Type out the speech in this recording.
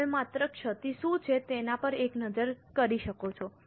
તમે માત્ર ક્ષતિ શું છે તેના પર એક નજર કરી શકો છો